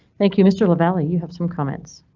thank you mr lavalley. you have some comments.